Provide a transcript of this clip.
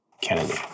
Kennedy